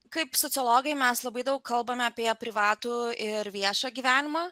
kaip sociologai mes labai daug kalbame apie privatų ir viešą gyvenimą